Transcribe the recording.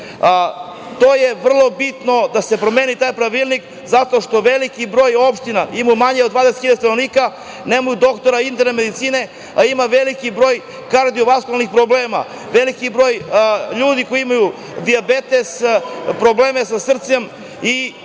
To je vrlo bitno da se promeni, taj pravilnik, zato što veliki broj opština ima manje od 20 hiljada stanovnika nemaju doktora interne medicine, a ima veliki broj kardiovaskularnih problema, veliki broj ljudi koji imaju dijabetes, probleme sa srcem i oni